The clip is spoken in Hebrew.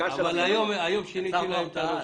היום שיניתי להם את הרושם.